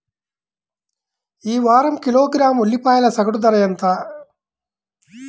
ఈ వారం కిలోగ్రాము ఉల్లిపాయల సగటు ధర ఎంత?